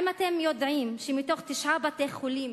האם אתם יודעים שמתוך תשעה בתי-חולים